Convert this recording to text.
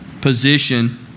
position